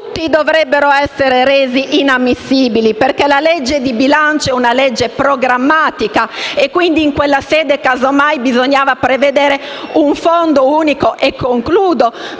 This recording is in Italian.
Tutti dovrebbero essere resi inammissibili, perché la legge di bilancio è programmatica e, quindi, in quella sede casomai bisognava prevedere un fondo unico